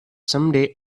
someday